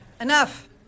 Enough